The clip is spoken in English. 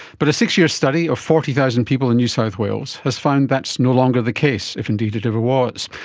but a six-year study of forty thousand people in new south wales has found that's no longer the case, if indeed it ever was.